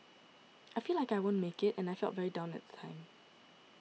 I felt like I won't make it and I felt very down at the time